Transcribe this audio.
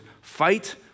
fight